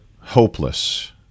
hopeless